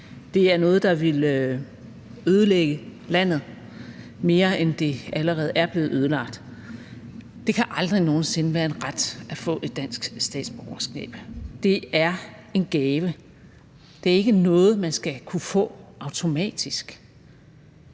Det er noget, der ville ødelægge landet mere, end det allerede er blevet ødelagt. Det kan aldrig nogen sinde være en ret at få et dansk statsborgerskab. Det er en gave. Det er ikke noget, man skal kunne få automatisk.